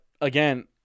again